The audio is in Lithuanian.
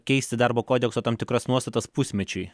keisti darbo kodekso tam tikras nuostatas pusmečiui